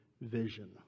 vision